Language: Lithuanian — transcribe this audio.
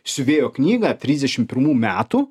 siuvėjo knygą trisdešim pirmų metų